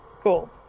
Cool